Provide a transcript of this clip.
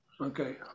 Okay